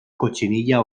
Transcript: cotxinilla